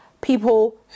people